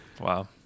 Wow